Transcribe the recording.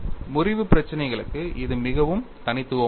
முறிவு பிரச்சினைகளுக்கு இது மிகவும் தனித்துவமானது